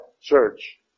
church